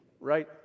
right